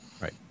right